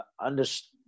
understand